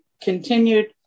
continued